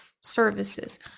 services